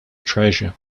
treasure